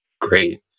great